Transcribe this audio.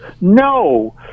No